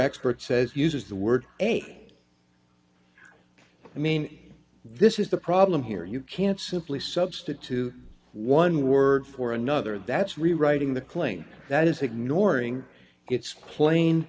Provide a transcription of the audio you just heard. expert says uses the word eight i mean this is the problem here you can't simply substitute one word for another that's rewriting the claim that is ignoring it's clane